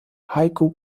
heiko